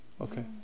Okay